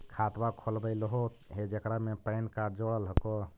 खातवा खोलवैलहो हे जेकरा मे पैन कार्ड जोड़ल हको?